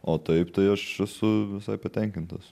o taip tai aš esu visai patenkintas